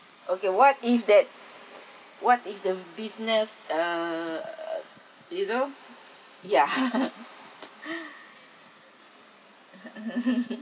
okay what is that what if the business ugh you know ya